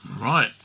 Right